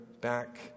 back